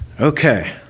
Okay